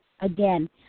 again